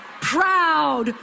proud